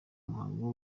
umuhango